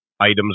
items